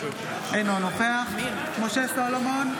אינו נוכח משה סולומון,